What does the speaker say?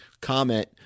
comment